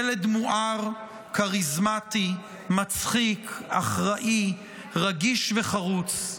ילד מואר, כריזמטי, מצחיק, אחראי, רגיש וחרוץ,